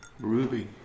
Ruby